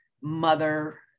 mother